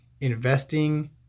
investing